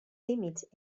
límits